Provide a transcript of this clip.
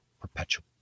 perpetual